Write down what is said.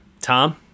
Tom